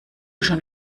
schon